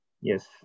Yes